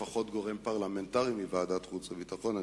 לפחות גורם פרלמנטרי מוועדת החוץ והביטחון.